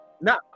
Now